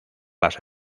las